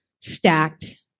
stacked